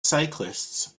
cyclists